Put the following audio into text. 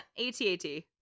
ATAT